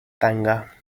tanga